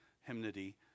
hymnody